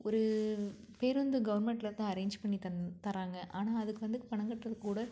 ஒரு பேருந்து கவர்மெண்ட்லேருந்து அரேஞ்ச் பண்ணித் தந் தர்றாங்க ஆனால் அதுக்கு வந்து பணம் கட்டுறதுக்குக் கூட